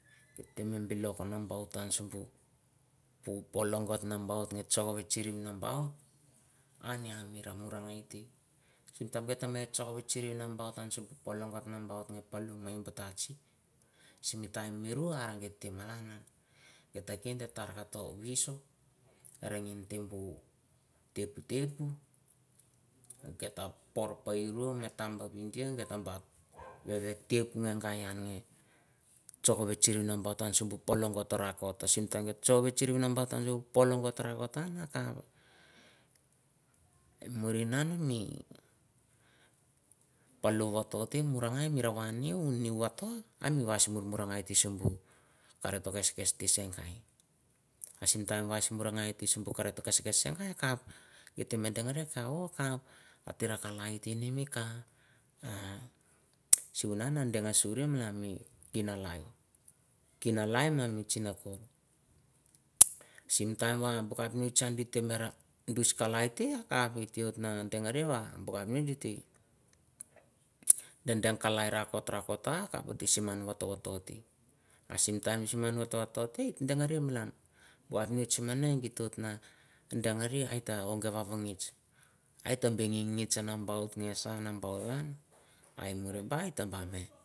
Gite be lok nambaut simbu polongot nambaut nge chong ve chiri nambaut ah ian mi ra mu ra lingti simta bet te me chong ve chiri nambaut sim polongot nambaut nge palo mi bet touch simi taim mira a gite malana gite kin gite ro whis o ere min tubu teputepu gite por pu im rum gite bat tep na kai ian nge chong ve chivi nambaut an simbu polongoto tarakot simi taim ve chong ve chiri nambaut ian sim polongot rakot akap eh mur ngan mi polongot rakot in murgai mi ra va niu niu vatot an mura vas murungai ti simbu parate vas testi segai asim taim vas murungai et ti simbu karate kes segai akap lit menten are kavo kap atera kalai iti ni mi ka simunan ah deng ah- suri mala mi kina life kina life na me china ko. Sim taim va bu kepnits chan bu dus kalai te akap gite ot ne deng ari o bu kepnits di deng deng kalai rakot rakot ah kap ti simi ian voto voto asim taim simi mon votovoto eh deng a ri malan va ngits sim mene git ko na deng a ri ai te ong va va ngits aite gingigi ah nambaut nge sa nambaut an ah te muruba ta ba me